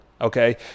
okay